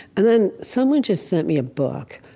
and then someone just sent me a book,